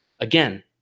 Again